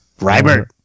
Rybert